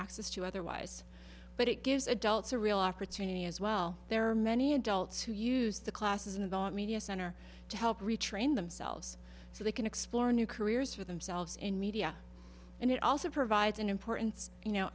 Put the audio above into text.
access to otherwise but it gives adults a real opportunity as well there are many adults who use the classes in the media center to help retrain themselves so they can explore new careers for themselves in media and it also provides an importance you know